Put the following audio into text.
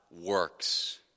works